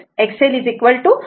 त्याचप्रमाणे IL V angle 0 jXL आहे